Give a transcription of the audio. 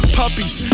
puppies